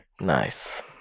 Nice